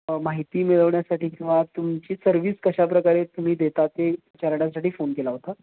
माहिती मिळवण्यासाठी किंवा तुमची सर्विस कशा प्रकारे तुम्ही देता ते विचारण्यासाठी फोन केला होता